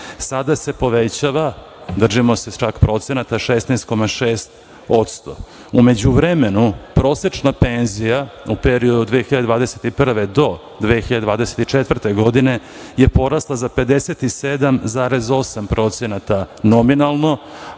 sada se povećava, držimo se procenata 16,6 u međuvremenu prosečna penzija u periodu od 2021. godine do 2024. godine je porasla za 57,8% nominalno,